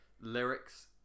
lyrics